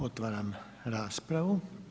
Otvaram raspravu.